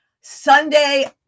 Sunday